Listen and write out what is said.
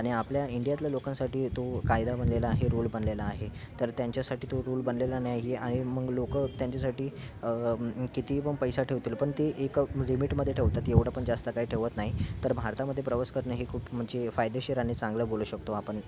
आणि आपल्या इंडियातल्या लोकांसाठी तो कायदा बनलेला आहे रूल बनलेला आहे तर त्यांच्यासाठी तो रूल बनलेला नाहीये आनि मग लोकं त्यांच्यासाटी किती पण पैसा ठेवतील पण ते एक लिमिटमध्ये ठेवतात ते एवढं पण जास्त काय ठेवत नाही तर भारतामध्ये प्रवास करणे हे खूप म्हणजे फायदेशीर आ आणि चांगलं बोलू शकतो आपण